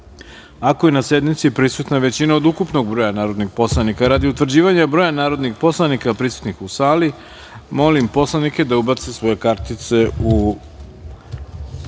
ako je na sednici prisutna većina od ukupnog broja narodnih poslanika. Radi utvrđivanja broja narodnih poslanika prisutnih u sali, molim poslanike da ubace svoje kartice u